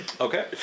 Okay